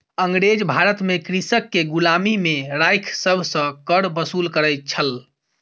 अँगरेज भारत में कृषक के गुलामी में राइख सभ सॅ कर वसूल करै छल